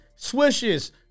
Swishes